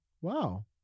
Wow